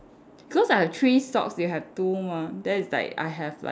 because I have three stalks you have two mah then it's like I have like